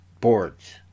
boards